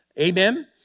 Amen